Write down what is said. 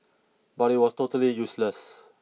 but it was totally useless